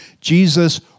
Jesus